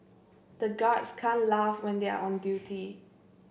the guards can laugh when they are on duty